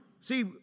See